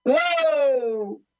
Whoa